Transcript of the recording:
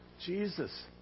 Jesus